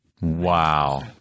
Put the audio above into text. Wow